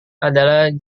adalah